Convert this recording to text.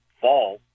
fall